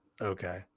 okay